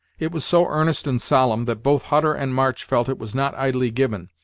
it was so earnest and solemn, that both hutter and march felt it was not idly given,